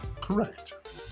Correct